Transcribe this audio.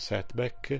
Setback